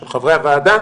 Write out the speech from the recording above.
ושל חברי הוועדה,